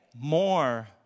more